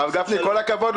הרב גפני, כל הכבוד לו.